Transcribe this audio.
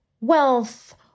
wealth